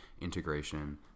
integration